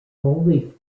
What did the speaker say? wholly